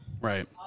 right